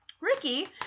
Ricky